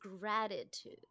gratitude